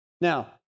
Now